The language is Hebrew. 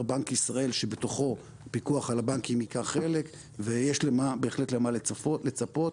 בנק ישראל שבתוכו הפיקוח על הבנקים ייקח חלק ויש בהחלט למה לצפות.